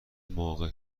موقع